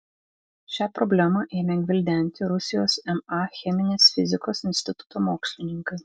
šią problemą ėmė gvildenti rusijos ma cheminės fizikos instituto mokslininkai